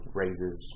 raises